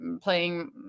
playing